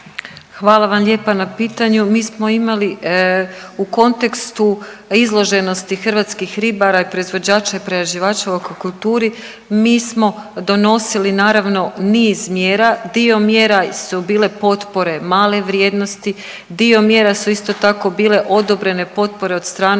Hvala vam lijepa na pitanju. Mi smo imali u kontekstu izloženosti hrvatskih ribara i proizvođača i prerađivača u akvakulturi, mi smo donosili naravno niz mjera, dio mjera su bile potpore male vrijednosti, dio mjera su isto tako bile odobrene potpore od strane